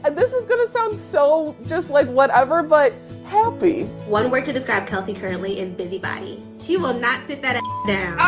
and this is going to sound so just like whatever, but happy. one word to describe kelsey currently is busybody. she will not sit that